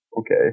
okay